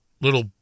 little